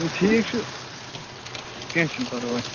ٹھیٖک چھُ کیٚنٛہہ چھنہٕ پرواے